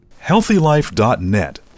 HealthyLife.net